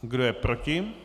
Kdo je proti?